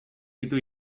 ditu